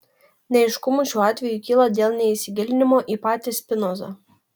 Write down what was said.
neaiškumų šiuo atveju kyla dėl neįsigilinimo į patį spinozą